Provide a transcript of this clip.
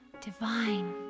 divine